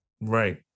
right